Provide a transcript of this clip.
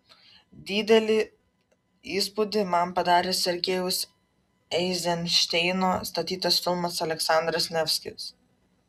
didelį įspūdį man padarė sergejaus eizenšteino statytas filmas aleksandras nevskis